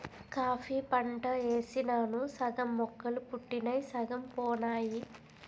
coffee పంట యేసినాను సగం మొక్కలు పుట్టినయ్ సగం పోనాయి